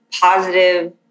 positive